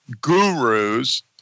gurus